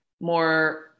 more